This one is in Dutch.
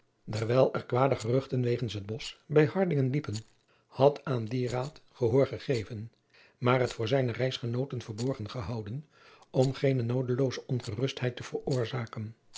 dewijl er kwade geruchten wegens het bosch bij ardingen lienen had aan dien raad gehoor gegeven maar het voor zijne reisgenooten verborgen gehouden om geene noodelooze ongerustheid te veroorzaken